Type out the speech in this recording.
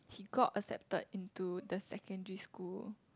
got accepted into the secondary school